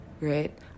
Right